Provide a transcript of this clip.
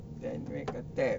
kau tap